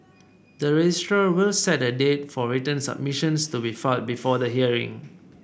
the registrar will set a date for written submissions to be filed before the hearing